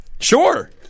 Sure